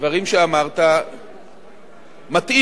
הדברים שאמרת מטעים,